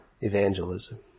evangelism